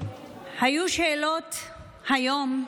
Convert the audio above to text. היו שאלות היום,